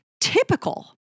typical